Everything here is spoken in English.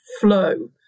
flow